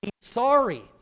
Sorry